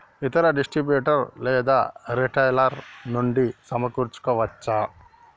ఇతర డిస్ట్రిబ్యూటర్ లేదా రిటైలర్ నుండి సమకూర్చుకోవచ్చా?